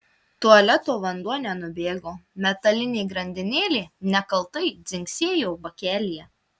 tualeto vanduo nenubėgo metalinė grandinėlė nekaltai dzingsėjo bakelyje